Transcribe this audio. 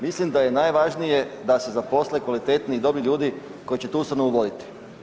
Mislim da je najvažnije da se zaposle kvalitetni i dobri ljudi koji će tu ustanovu voditi.